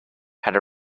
had